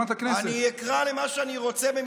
סליחה, סדרנים.